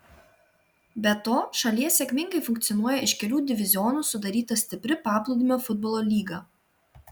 be to šalyje sėkmingai funkcionuoja iš kelių divizionų sudaryta stipri paplūdimio futbolo lyga